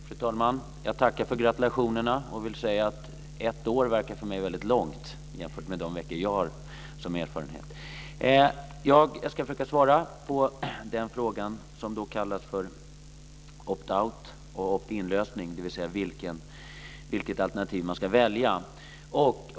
Fru talman! Jag tackar för gratulationerna. Ett år verkar för mig väldigt långt om man jämför med den erfarenhet på några veckor som jag har. Jag ska försöka svara på den fråga som handlar om det som kallas opt out och opt in-lösning och vilket alternativ man ska välja.